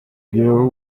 girl